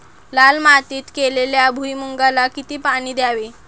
लाल मातीत केलेल्या भुईमूगाला किती पाणी द्यावे?